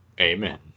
Amen